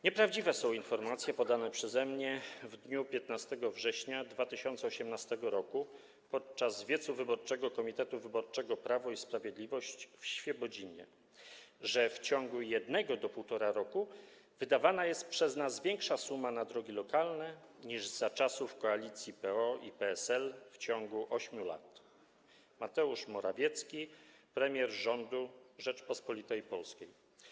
Nieprawdziwe są informacje podane przeze mnie w dniu 15 września 2018 r. podczas wiecu wyborczego komitetu wyborczego Prawo i Sprawiedliwość w Świebodzinie, że w ciągu jednego do 1,5 roku wydawana jest przez nas większa suma na drogi lokalne niż za czasów koalicji PO i PSL w ciągu 8 lat. Mateusz Morawiecki, premier rządu Rzeczypospolitej Polskiej”